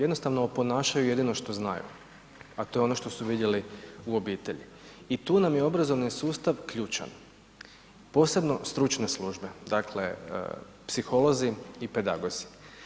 Jednostavno oponašaju jedino što znaju, a to je ono što su vidjeli u obitelji i tu nam je obrazovni sustav ključan, posebno stručne službe, dakle, psiholozi i pedagozi.